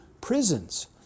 prisons